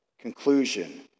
conclusion